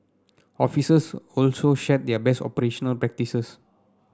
officers also shared their best operational practices